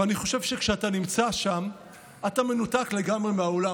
ואני חושב שכשאתה נמצא שם אתה מנותק לגמרי מהעולם.